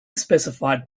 specified